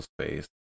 space